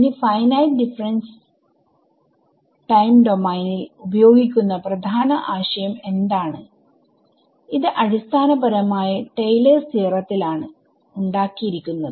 ഇനി finite differences time ഡോമൈനിൽ ഉപയോഗിക്കുന്ന പ്രധാന ആശയം എന്താണ്ഇത് അടിസ്ഥാനപരമായി ടയിലേർസ് തിയറത്തിലാണ് Taylors theorem ഉണ്ടാക്കിയിരിക്കുന്നത്